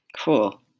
Cool